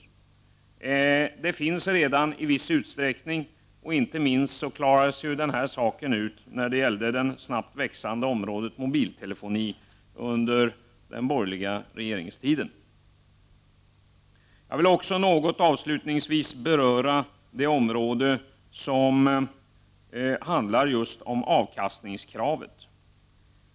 Konkurrensen finns redan i viss utsträckning och inte minst klarades ju den saken ut när det gällde det snabbt växande området mobiltelefoni under den borgerliga regeringstiden. Avslutningsvis vill jag också något beröra avkastningskravet.